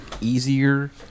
easier